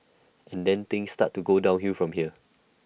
and then things start to go downhill from here